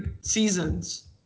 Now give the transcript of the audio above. seasons